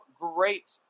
great